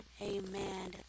amen